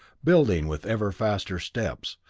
building with ever faster steps,